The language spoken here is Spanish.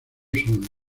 son